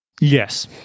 Yes